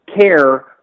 care